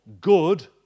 good